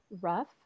rough